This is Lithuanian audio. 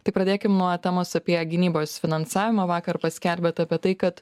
tai pradėkim nuo temos apie gynybos finansavimą vakar paskelbėt apie tai kad